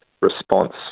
response